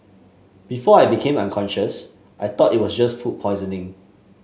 before I became unconscious I thought it was just food poisoning